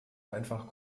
einfach